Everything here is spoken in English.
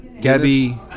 Gabby